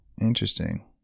Interesting